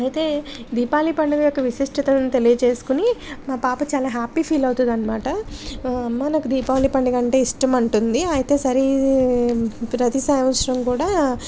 అయితే దీపావళి పండుగ యొక్క విశిష్టతను తెలియజేసుకుని మా పాప చాలా హ్యాపీ ఫీల్ అవుతుంది అన్నమాట అమ్మ నాకు దీపావళి పండుగ అంటే ఇష్టం అంటుంది అయితే సరే ప్రతి సంవత్సరం కూడా